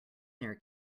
their